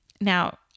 Now